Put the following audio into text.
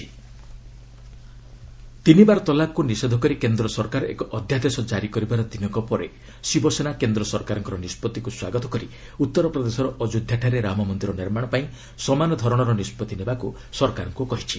Shiv Sena triple ତଲାକ୍ ତିନିବାର ତଲାକ୍କୁ ନିଷେଧ କରି କେନ୍ଦ୍ର ସରକାର ଏକ ଅଧ୍ୟାଦେଶ ଜାରି କରିବାର ଦିନକ ପରେ ଶିବସେନା କେନ୍ଦ୍ର ସରକାରଙ୍କ ନିଷ୍ପଭିକୁ ସ୍ୱାଗତ କରି ଉତ୍ତରପ୍ରଦେଶର ଅଯୋଧ୍ୟାଠାରେ ରାମମନ୍ଦିର ନିର୍ମାଣ ପାଇଁ ସମାନ ଧରଣର ନିଷ୍ପତ୍ତି ନେବାକୁ ସରକାରଙ୍କୁ କହିଛି